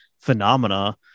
phenomena